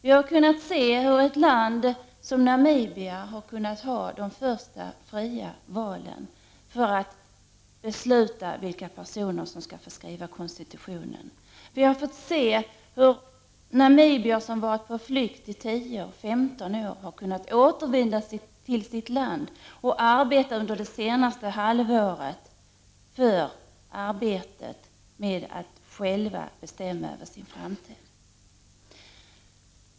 Vi har fått se hur ett land som Namibia har kunnat hålla de första fria valen för att besluta vilka personer som skall få skriva konstitutionen. Vi har fått se hur namibier som varit på flykt i 10-15 år har kunnat återvända till sitt land och hur de under det senaste halvåret har kunnat arbeta för att uppnå möjligheten att själva kunna bestämma över sin framtid.